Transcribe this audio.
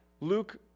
Luke